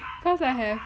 cause I have